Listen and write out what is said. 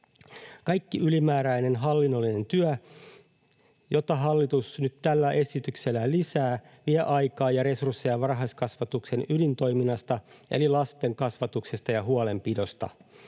Kaikki ylimääräinen hallinnollinen työ, jota hallitus nyt tällä esityksellä lisää, vie aikaa ja resursseja varhaiskasvatuksen ydintoiminnasta eli lasten kasvatuksesta ja huolenpidosta.